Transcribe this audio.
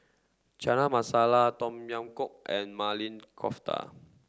Chana Masala Tom Yam Goong and Maili Kofta